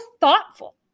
thoughtful